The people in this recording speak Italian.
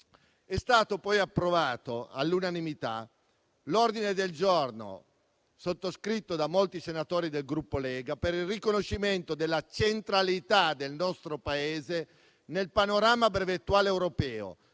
È stato poi approvato all'unanimità l'ordine del giorno, sottoscritto da molti senatori del Gruppo Lega, per il riconoscimento della centralità del nostro Paese nel panorama brevettuale europeo,